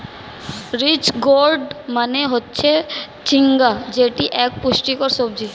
ridge gourd মানে হচ্ছে ঝিঙ্গা যেটি এক পুষ্টিকর সবজি